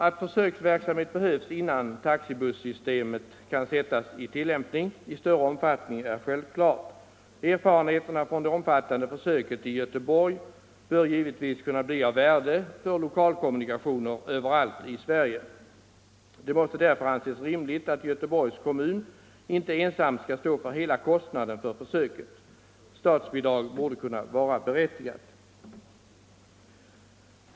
Att försöksverksamhet behövs innan taxibussystem kan sättas i tilllämpning i större omfattning är självklart. Erfarenheterna från det omfattande försöket i Göteborg bör givetvis kunna bli av värde för lokalkommunikationer överallt i Sverige. Det måste därför anses rimligt att Göteborgs kommun inte ensam skall stå för hela kostnaden för försöket. Statsbidrag borde kunna vara berättigat.